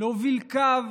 להוביל קו.